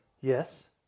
Yes